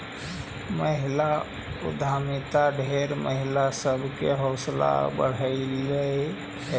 महिला उद्यमिता ढेर महिला सब के हौसला बढ़यलई हे